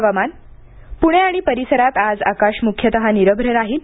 हवामान पुणे आणि परिसरात आज आकाश मुख्यतः निरभ्र राहील